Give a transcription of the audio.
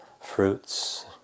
fruits